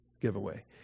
giveaway